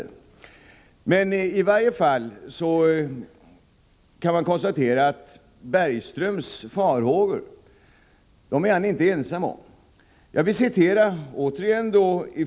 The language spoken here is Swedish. Vi kan i varje fall konstatera att Bergström inte är ensam om sina farhågor.